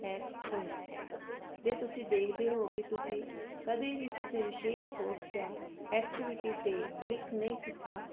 hack ਹੋਇਆ ਹੈ ਜੇ ਤੁਸੀਂ ਦੇਖਦੇ ਹੋ ਕਿ ਤੁਸੀਂ ਕਦੇ ਵੀ ਕਿਸੇ ਵਿਸ਼ੇਸ਼ ਪੋਸਟ ਜਾਂ ਐਕਟੀਵਿਟੀ 'ਤੇ ਕਲਿੱਕ ਨਹੀਂ ਕੀਤਾ